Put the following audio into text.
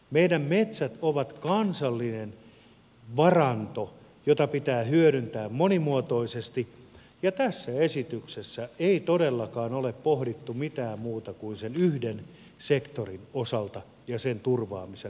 meidän metsät ovat kansallinen varanto jota pitää hyödyntää monimuotoisesti ja tässä esityksessä ei todellakaan ole pohdittu mitään muuta kuin sen yhden sektorin osalta ja sen turvaamisen lähtökohdista